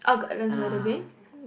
ah